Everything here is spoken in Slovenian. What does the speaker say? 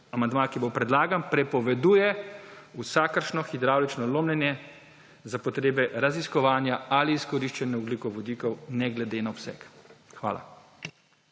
ki bo predlagan, prepoveduje vsakršno hidravlično lomljenje za potrebe raziskovanja ali izkoriščanja ogljikovodikov ne glede na obseg. Hvala.